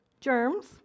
germs